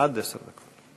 עד עשר דקות.